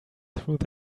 through